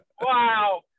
Wow